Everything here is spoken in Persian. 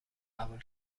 قبول